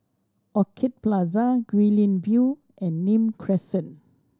Orchid Plaza Guilin View and Nim Crescent